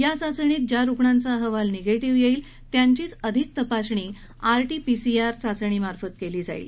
या चाचणीमधे ज्या रुग्णांचा अहवाल निगेटिव्ह येईल त्यांचीच अधिक तपासणी आरटीपीसीआर चाचणीमार्फत केली जाईल